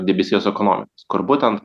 debesijos ekonomikos kur būtent